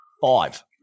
Five